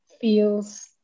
feels